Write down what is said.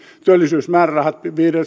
työllisyysmäärärahat